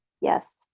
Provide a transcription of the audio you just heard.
Yes